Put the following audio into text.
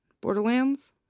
Borderlands